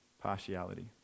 partiality